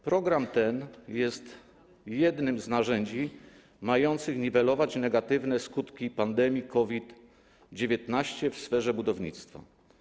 Program ten jest jednym z narzędzi mających niwelować negatywne skutki pandemii COVID-19 w sferze budownictwa.